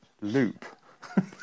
loop